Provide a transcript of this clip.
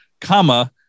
comma